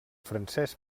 francès